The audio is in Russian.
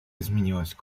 изменилась